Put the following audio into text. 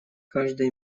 каждый